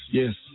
yes